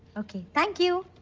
ok. thank you.